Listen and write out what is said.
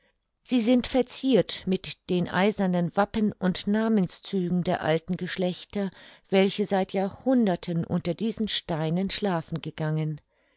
sie sind verziert mit den eisernen wappen und namenszügen der alten geschlechter welche seit jahrhunderten unter diesen steinen schlafen gegangen